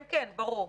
ברור.